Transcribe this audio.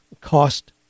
cost